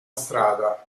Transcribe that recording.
strada